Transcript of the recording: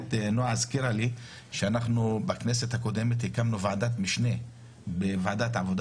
הזכירה לי שבכנסת הקודמת הקמנו ועדת משנה של ועדת העבודה